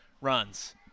runs